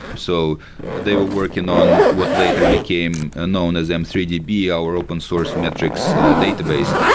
so they were working on what later became ah known as m three d b, our open source metrics database.